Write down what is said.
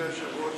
אדוני היושב-ראש